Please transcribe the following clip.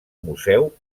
museu